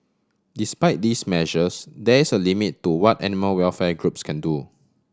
despite these measures there is a limit to what animal welfare groups can do